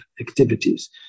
activities